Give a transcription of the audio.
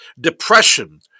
depression